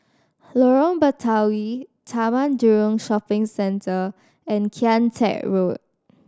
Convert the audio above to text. Lorong Batawi Taman Jurong Shopping Centre and Kian Teck Road